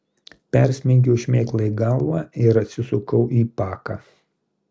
persmeigiau šmėklai galvą ir atsisukau į paką